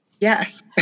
yes